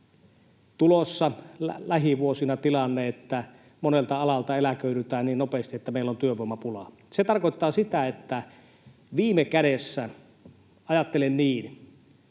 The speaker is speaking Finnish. tulossa lähivuosina tilanne, että monelta alalta eläköidytään niin nopeasti, että meillä on työvoimapula. Se tarkoittaa sitä, että viime kädessä — ajattelen niin